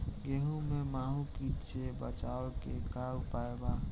गेहूँ में माहुं किट से बचाव के का उपाय बा?